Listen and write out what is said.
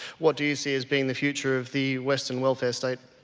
what do you see as being the future of the western welfare state?